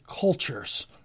cultures